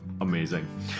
amazing